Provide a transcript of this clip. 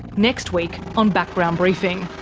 next week on background briefing,